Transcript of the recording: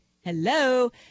Hello